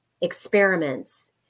experiments